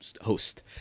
host